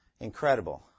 incredible